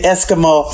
Eskimo